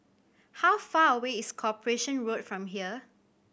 how far away is Corporation Road from here